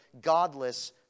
godless